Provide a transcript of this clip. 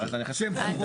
שהם גם חובות.